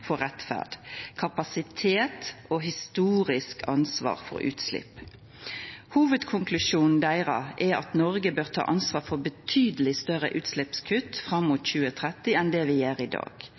for rettferd: kapasitet og historisk ansvar for utslipp. Hovudkonklusjonen deira er at Noreg bør ta ansvar for betydeleg større utslippskutt fram mot 2030 enn det vi gjer i dag.